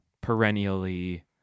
perennially